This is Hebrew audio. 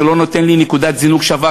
שלא נותן לי נקודת זינוק שווה,